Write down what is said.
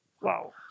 Wow